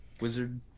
Wizard